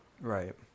Right